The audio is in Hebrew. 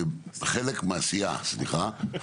חלק מהסיעה שלי,